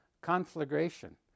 conflagration